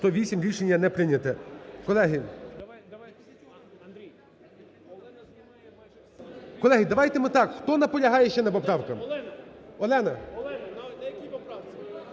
За-108 Рішення не прийнято. Колеги, давайте ми так, хто наполягає ще на поправках? КОЖЕМ’ЯКІН А.А. Олено, на якій поправці.